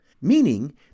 meaning